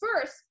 first